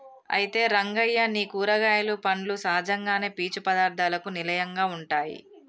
అయితే రంగయ్య నీ కూరగాయలు పండ్లు సహజంగానే పీచు పదార్థాలకు నిలయంగా ఉంటాయి